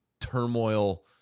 turmoil